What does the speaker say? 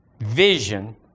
vision